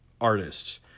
artists